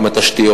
עם משרד התשתיות,